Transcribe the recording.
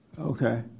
Okay